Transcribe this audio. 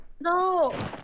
No